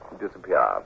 disappear